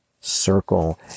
circle